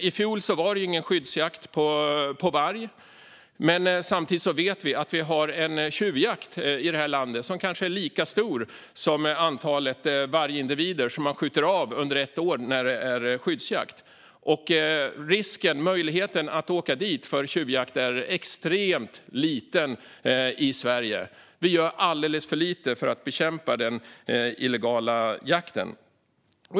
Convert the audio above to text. I fjol var det ingen skyddsjakt på varg, men samtidigt vet vi att vi har en tjuvjakt i det här landet av ett kanske lika stort antal vargindivider som antalet vargindivider som man skjuter av under ett år då det är skyddsjakt. Risken att åka dit för tjuvjakt är extremt liten i Sverige. Vi gör alldeles för lite för att bekämpa den illegala jakten.